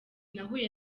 nahuye